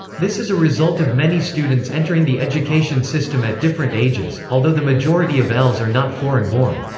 this is a result of many students entering the education system at different ages, although the majority of ells are not foreign born.